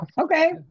okay